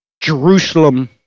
Jerusalem